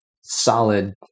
solid